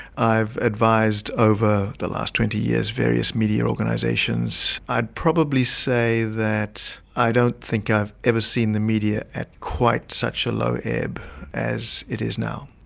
i've advised over the last twenty years various media organisations. i'd probably say that i don't think i've ever seen the media at quite such a low ebb as it is now.